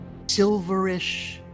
Silverish